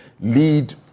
lead